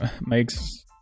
Makes